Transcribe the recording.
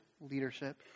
leadership